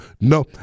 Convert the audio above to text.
No